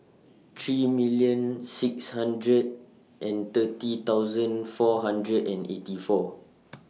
three million six hundred and thirty thousand four hundred and eighty four